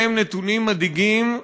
אלה הם נתונים מדאיגים.